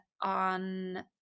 on